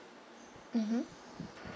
mmhmm